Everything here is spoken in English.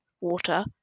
water